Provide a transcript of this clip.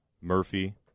Murphy